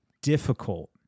difficult